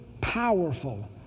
powerful